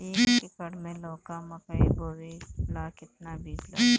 एक एकर मे लौका मकई बोवे ला कितना बिज लागी?